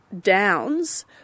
downs